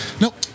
nope